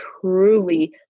truly